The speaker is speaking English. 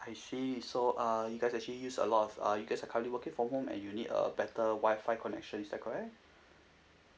I see so uh you guys actually use a lot of uh you guys are currently working from home and you need a better WI-FI connection is that correct